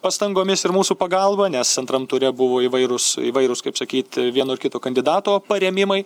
pastangomis ir mūsų pagalba nes antram ture buvo įvairūs įvairūs kaip sakyt vieno ir kito kandidato parėmimai